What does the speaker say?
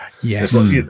Yes